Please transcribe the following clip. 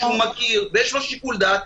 שהוא מכיר ויש לו שיקול דעת,